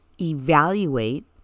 evaluate